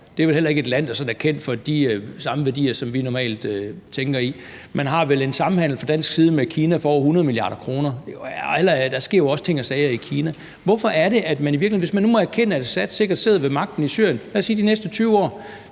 Det er vel heller ikke et land, der sådan er kendt for de samme værdier, som vi normalt tænker i. Man har vel en samhandel fra dansk side med Kina for over 100 mia. kr., og der sker jo også ting og sager i Kina. Det kan være, at man nu må erkende, at Assad sikkert sidder på magten i Syrien, lad os